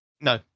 no